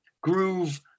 groove